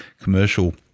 commercial